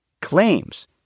claims